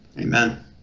Amen